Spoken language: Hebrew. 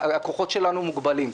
הכוחות שלנו מוגבלים.